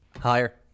Higher